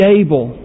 able